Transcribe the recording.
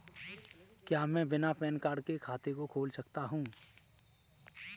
क्या मैं बिना पैन कार्ड के खाते को खोल सकता हूँ?